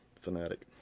fanatic